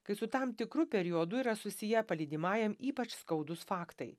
kai su tam tikru periodu yra susiję palydimajam ypač skaudūs faktai